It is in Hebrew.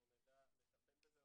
אנחנו נדע לטפל בזה.